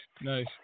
Nice